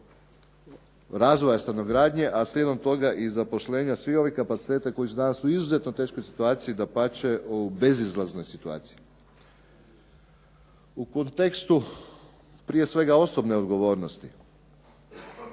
razvoja stanogradnje a slijedom toga i zaposlenja svih ovih kapaciteta koji su danas u izuzetno teškoj situaciji, dapače u bezizlaznoj situaciji. U kontekstu prije svega osobne odgovornosti,